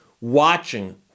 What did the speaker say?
watching